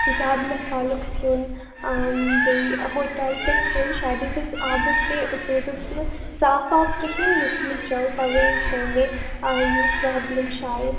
زیادٕ مصالُک سُیٚن بیٚیہِ ہوٹل پٮ۪ٹھ کھیٚوان شاید حظ اوس آبَس تہِ سُہ حظ اوس نہٕ صاف آب کِہیٖنۍ یُس مےٚ چیٚو توے حظ گٔے مےٚ یہِ پرٛابلِم شاید